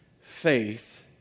faith